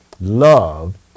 love